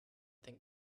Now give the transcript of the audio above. think